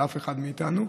לאף אחד מאיתנו.